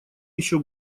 еще